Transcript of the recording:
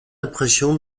impression